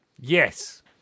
yes